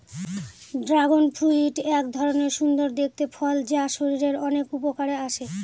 dragon fruit এক ধরনের সুন্দর দেখতে ফল যা শরীরের অনেক উপকারে আসে